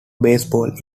baseball